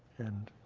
and